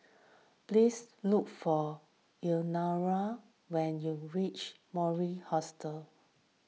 please look for Elenora when you reach Mori Hostel